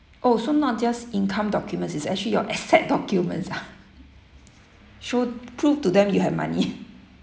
oh so not just income documents it's actually your asset documents ah show prove to them you have money